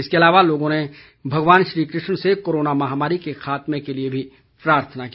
इसके अलावा लोगों ने भगवान श्री कृष्ण से कोरोना महामारी के खात्मे के लिए भी प्रार्थना की